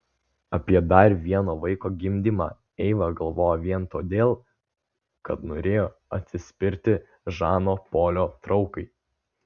apie dar vieno vaiko gimdymą eiva galvojo vien todėl kad norėjo atsispirti žano polio traukai